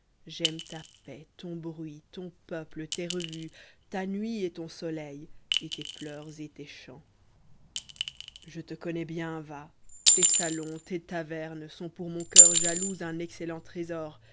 j'ajme ta paix ton bruit on peuple les revues ta nuit et ton soleil et tes pleurs et tes chants je te connais bien va tes salons tes tavernes sont pour mon coeur jaloux un excellent trésor